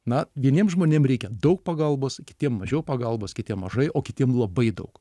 na vieniem žmonėm reikia daug pagalbos kitiem mažiau pagalbos kitiem mažai o kitiem labai daug